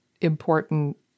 important